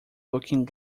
looking